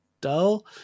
dull